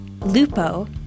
lupo